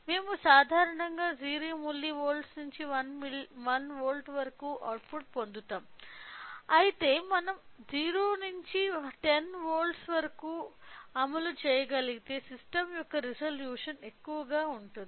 మేము సాధారణంగా 0 మిల్లివోల్ట్ నుండి 1 వోల్ట్ వరకు ఔట్పుట్ పొందుతాము అయితే మనం 0 నుండి 10 వోల్ట్ల వరకు అమలు చేయగలిగితే సిస్టమ్ యొక్క రిజల్యూషన్ ఎక్కువగా ఉంటుంది